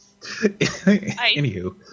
Anywho